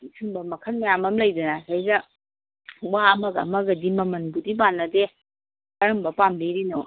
ꯁꯨꯝꯕ ꯃꯈꯜ ꯃꯌꯥꯝ ꯑꯃ ꯂꯩꯗꯅ ꯁꯤꯗꯩꯁꯤꯗ ꯋꯥ ꯑꯃꯒ ꯑꯃꯒꯗꯤ ꯃꯃꯜꯕꯨꯗꯤ ꯃꯥꯟꯅꯗꯦ ꯀꯔꯝꯕ ꯄꯥꯝꯕꯤꯔꯤꯅꯣ